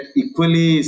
equally